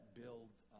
builds